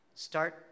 start